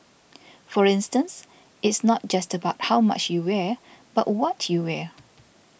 for instance it's not just about how much you wear but what you wear